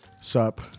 Sup